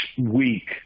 week